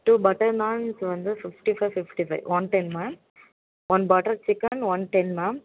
two butter naans வந்து fifty five fifty five one ten ma'am one bottle chicken one ten ma'am